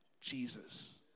Jesus